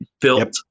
Built